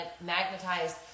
magnetized